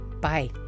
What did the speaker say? Bye